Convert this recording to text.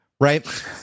Right